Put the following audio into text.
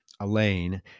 Elaine